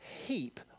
heap